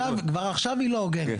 כבר עכשיו היא לא הוגנת.